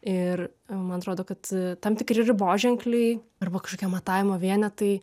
ir man atrodo kad tam tikri riboženkliai arba kažkokie matavimo vienetai